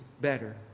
better